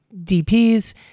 DPs